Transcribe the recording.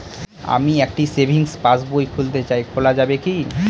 আমি একটি savings passbook খুলতে চাই খোলা যাবে কি?